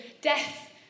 death